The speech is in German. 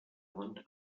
hund